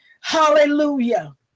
Hallelujah